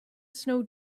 snow